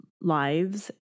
lives